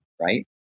right